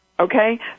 Okay